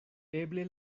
eble